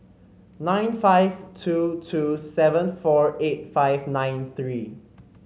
nine five two two seven four eight five nine three